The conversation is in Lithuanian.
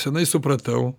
senai supratau